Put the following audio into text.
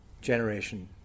generation